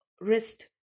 wrist